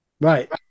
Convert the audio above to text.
Right